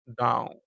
down